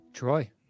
Troy